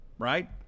right